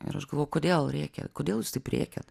ir aš galvojau kodėl rėkia kodėl jūs taip rėkiat